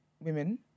women